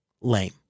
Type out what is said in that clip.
Lame